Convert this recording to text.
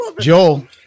Joel